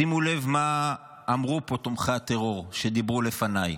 שימו לב מה אמרו פה תומכי הטרור שדיברו לפניי.